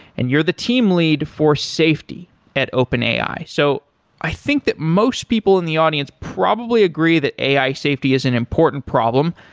and you're the team lead for safety at openai so i think that most people in the audience probably agree that ai safety is an important problem.